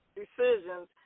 decisions